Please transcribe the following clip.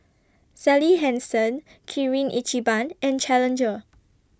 Sally Hansen Kirin Ichiban and Challenger